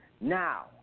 Now